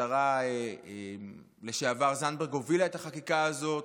השרה לשעבר זנדברג הובילה את החקיקה הזאת.